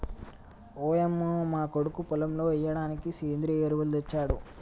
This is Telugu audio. ఓయంమో మా కొడుకు పొలంలో ఎయ్యిడానికి సెంద్రియ ఎరువులు తెచ్చాడు